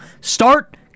start